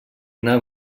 una